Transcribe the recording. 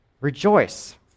Rejoice